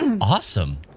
awesome